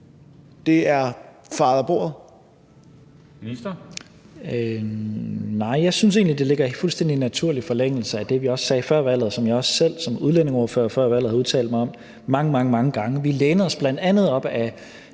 (Mattias Tesfaye): Nej, jeg synes egentlig, at det ligger i fuldstændig naturlig forlængelse af det, vi også sagde før valget, og som jeg også selv som udlændingeordfører før valget har udtalt mig om mange, mange gange. Vi læner os bl.a. op ad